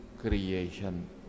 creation